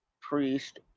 Priest